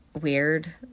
weird